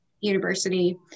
university